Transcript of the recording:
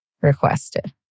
requested